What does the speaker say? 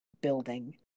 building